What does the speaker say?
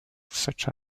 such